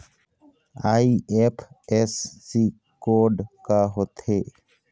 IFSC code का होथे?